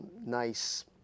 nice